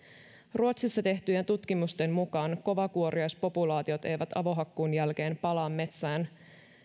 ruotsissa tehtyjen tutkimusten mukaan kovakuoriaispopulaatiot eivät avohakkuun jälkeen palaa metsään